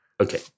okay